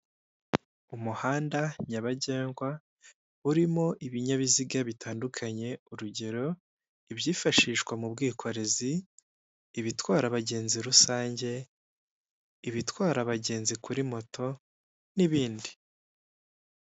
Umuhanda nyabagendwa, urimo ibinyabiziga bitandukanye, urugero; ibyifashishwa mu bwikorezi, ibitwara abagenzi rusange, ibitwara abagenzi kuri moto, n'ibindi.